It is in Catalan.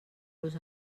los